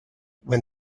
when